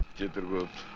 get the book.